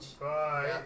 Bye